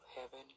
heaven